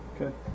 Okay